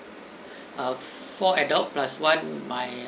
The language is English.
err four adult plus one my